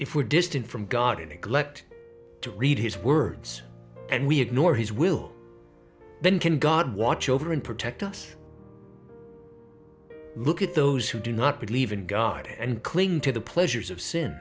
if we're distant from god in a collect to read his words and we ignore his will then can god watch over and protect us look at those who do not believe in god and cling to the pleasures of sin